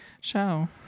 show